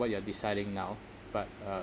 what you're deciding now but uh